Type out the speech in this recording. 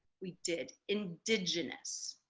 we did. indigenous.